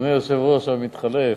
אדוני היושב-ראש המתחלף,